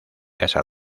casa